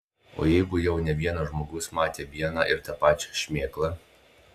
o jeigu jau ne vienas žmogus matė vieną ir tą pačią šmėklą